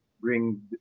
bring